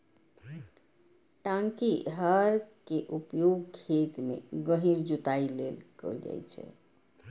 टांकी हर के उपयोग खेत मे गहींर जुताइ लेल कैल जाइ छै